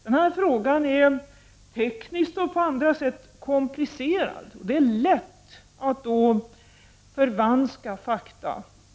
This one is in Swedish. Den här frågan är tekniskt och även på andra sätt komplicerad. Det är lätt att då förvanska fakta.